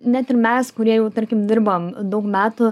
net ir mes kurie jau tarkim dirbam daug metų